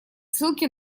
ссылки